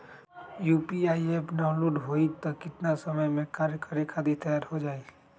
UPI app download होई त कितना समय मे कार्य करे खातीर तैयार हो जाई?